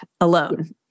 alone